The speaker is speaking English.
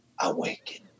awaken